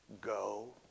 Go